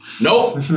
nope